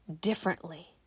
differently